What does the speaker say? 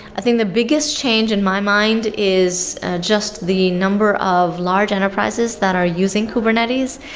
i think the biggest change in my mind is just the number of large enterprises that are using kubernetes.